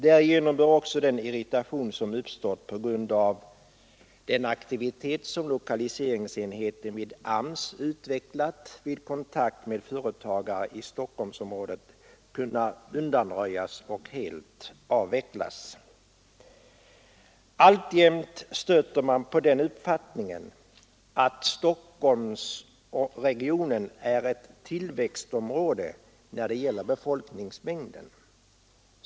Därigenom bör också den irritation som uppstått på grund av den aktivitet som lokaliseringsenheten vid AMS utvecklat vid kontakt med företagare i Stockholmsområdet kunna undanröjas och helt avvecklas. Alltjämt stöter man på den uppfattningen att Stockholmsregionen är ett tillväxtområde när det gäller befolkningsmängden.